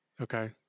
Okay